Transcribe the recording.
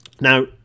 Now